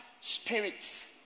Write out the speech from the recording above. spirits